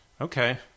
Okay